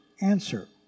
answer